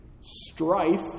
strife